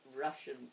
Russian